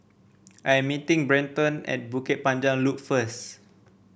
I am meeting Brenton at Bukit Panjang Loop first